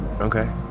Okay